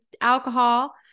alcohol